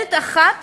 מיילדת אחת